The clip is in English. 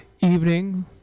evening